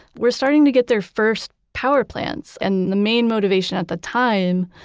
were starting to get their first power plants. and the main motivation at the time,